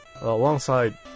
Alongside